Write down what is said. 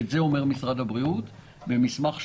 ואת זה אומר משרד הבריאות במסמך שלו.